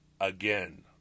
again